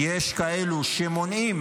חנוך,